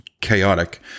chaotic